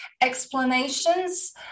explanations